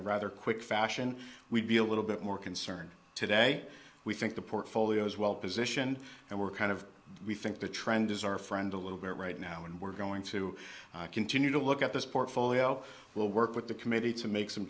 a rather quick fashion we'd be a little bit more concerned today we think the portfolio is well positioned and we're kind of we think the trend is our friend a little bit right now and we're going to continue to look at this portfolio we'll work with the committee to make some